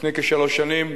התשע"א 2011,